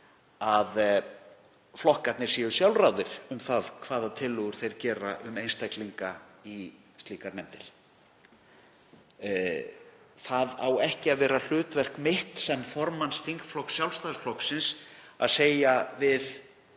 að flokkarnir séu sjálfráðir um það hvaða tillögur þeir gera um einstaklinga í slíkar nefndir. Það á ekki að vera hlutverk mitt sem formanns þingflokks Sjálfstæðisflokksins að segja við